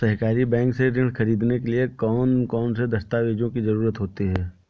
सहकारी बैंक से ऋण ख़रीदने के लिए कौन कौन से दस्तावेजों की ज़रुरत होती है?